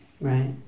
Right